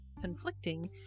conflicting